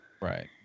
Right